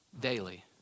daily